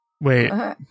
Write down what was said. Wait